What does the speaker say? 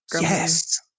yes